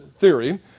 theory